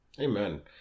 Amen